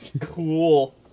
Cool